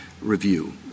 review